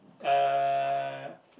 uh